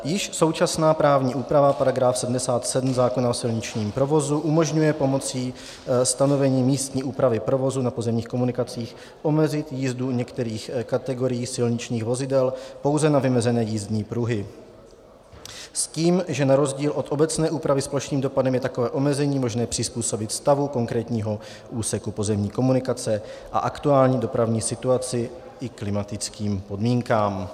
Již současná právní úprava § 77 zákona o silničním provozu umožňuje pomocí stanovení místní úpravy provozu na pozemních komunikacích omezit jízdu u některých kategorií silničních vozidel pouze na vymezené jízdní pruhy, s tím, že na rozdíl od obecné úpravy s plošným dopadem je takové omezení možné přizpůsobit stavu konkrétního úseku pozemní komunikace a aktuální dopravní situaci i klimatickým podmínkám.